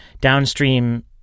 downstream